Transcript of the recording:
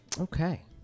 Okay